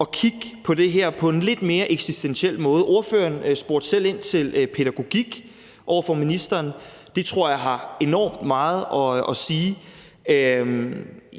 at kigge på det her på en lidt mere eksistentiel måde. Ordføreren spurgte selv ind til pædagogik over for ministeren. Det tror jeg har enormt meget at sige.